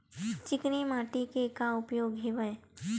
चिकनी माटी के का का उपयोग हवय?